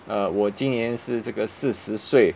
uh 我今年是这个四十岁